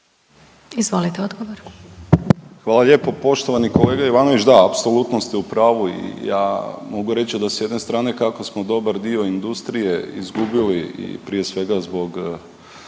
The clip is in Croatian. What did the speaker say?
Nikola (HDZ)** Hvala lijepo poštovani kolega Ivanović, da, apsolutno ste u pravu i ja mogu reći da s jedne strane, kako smo dobar dio industrije izgubili i prije svega zbog